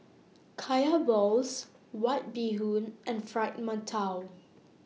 Kaya Balls White Bee Hoon and Fried mantou